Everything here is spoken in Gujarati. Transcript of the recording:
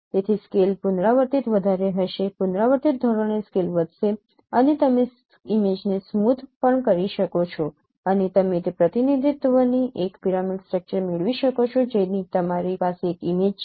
તેથી સ્કેલ પુનરાવર્તિત વધારે હશે પુનરાવર્તિત ધોરણે સ્કેલ વધશે અને તમે ઇમેજને સ્મૂધ પણ કરી શકો છો અને તમે તે પ્રતિનિધિત્વની એક પિરામિડ સ્ટ્રક્ચર મેળવી શકો છો જેની તમારી પાસે એક ઇમેજ છે